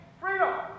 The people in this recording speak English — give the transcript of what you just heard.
freedom